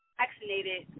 vaccinated